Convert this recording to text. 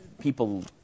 People